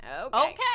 Okay